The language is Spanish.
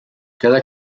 cada